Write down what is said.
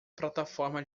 plataforma